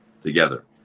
together